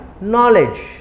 knowledge